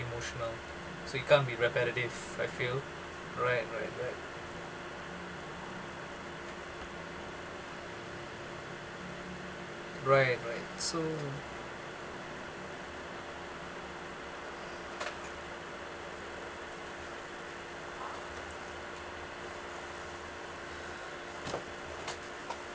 emotional so it can't be repetitive I feel right right right right right so